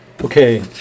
Okay